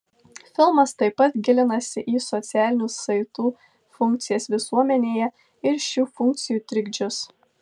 filmas taip pat gilinasi į socialinių saitų funkcijas visuomenėje ir šių funkcijų trikdžius